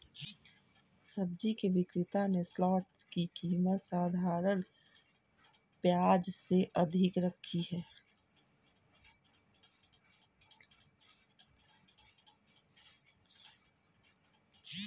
सब्जी विक्रेता ने शलोट्स की कीमत साधारण प्याज से अधिक रखी है